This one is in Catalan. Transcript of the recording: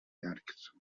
llargs